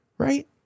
Right